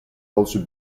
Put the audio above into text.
also